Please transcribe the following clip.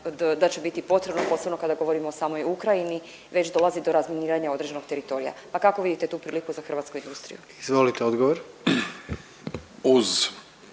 da će biti potrebno posebno kada govorimo o samoj Ukrajini već dolazi do razminiranja određenog teritorija, pa kako vidite tu priliku za hrvatsku industriju? **Jandroković,